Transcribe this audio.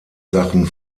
sachen